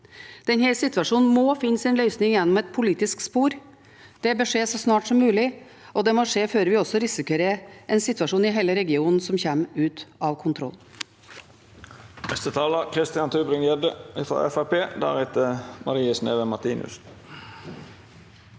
Denne situasjonen må finne sin løsning gjennom et politisk spor. Det bør skje så snart som mulig, og det må skje før vi også risikerer en situasjon i hele regionen som kommer ut av kontroll.